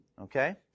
okay